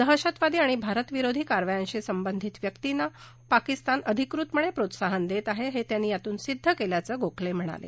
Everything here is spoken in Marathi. दहशतवादी आणि भारताविरोधी कारवायांशी संबंधित व्यक्तींना पाकिस्तान अधिकृतपणे प्रोत्साहन देत आहे हे त्यांनी यातून सिद्ध केल्याचं गोखले म्हणाले